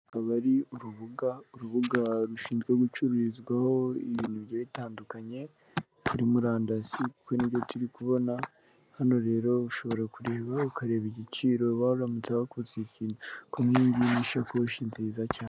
Akaba ari urubuga, urubuga rushinzwe gucururizwaho ibintu bigiye bitandukanye, kuri murandasi kuko ni byo turi kubona, hano rero ushobora kureba, ukareba igiciro waramutse wakunze ikintu, nk'iyi ngiyi ni ishakoshi nziza cyane.